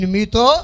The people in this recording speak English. Mito